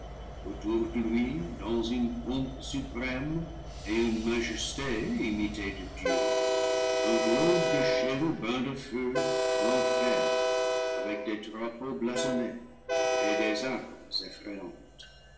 dans une pompe suprême et une majesté imitée de dieu un globe de chérubins de feu l'enferme avec des drapeaux blasonnés et des armes